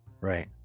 Right